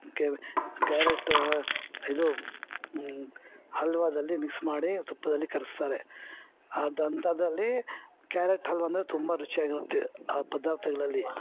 K carrot ಇದು ಹಲ್ವಾದಲ್ಲಿ mix ಮಾಡಿ ತುಪ್ಪದಲ್ಲಿ ಕರಗಿಸ್ತಾರೆ ಅದು ಅಂಥಾದ್ರಲ್ಲಿ ಕ್ಯಾರೆಟ್ ಹಲ್ವಾ ಅಂದರೆ ತುಂಬ ರುಚಿಯಾಗಿರುತ್ತೆ ಆ ಪದಾರ್ಥಗ್ಳಲ್ಲಿ